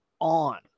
on